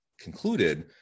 concluded